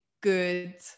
good